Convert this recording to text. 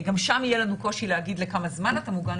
גם שם יהיה לנו קושי להגיד לכמה זמן אתה מוגן,